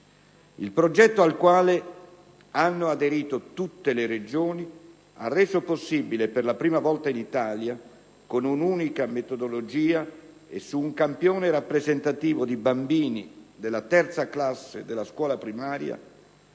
Il progetto, al quale hanno aderito tutte le Regioni, ha reso possibile, per la prima volta in Italia, con un'unica metodologia e su un campione rappresentativo di bambini della terza classe della scuola primaria